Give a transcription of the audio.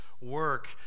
work